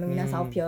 mm